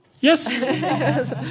Yes